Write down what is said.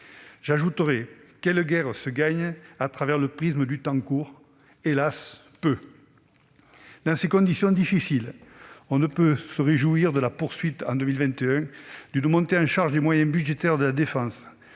locales. Quelles guerres se gagnent à travers le prisme du temps court ? Peu, hélas ... Dans ces conditions difficiles, on ne peut que se réjouir de la poursuite, en 2021, d'une montée en charge des moyens budgétaires de la défense,